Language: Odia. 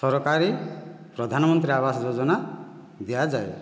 ସରକାରୀ ପ୍ରଧାନମନ୍ତ୍ରୀ ଆବାସ ଯୋଜନା ଦିଆଯାଏ